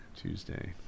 tuesday